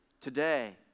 Today